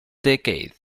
decade